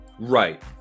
Right